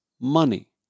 money